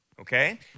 Okay